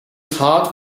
heart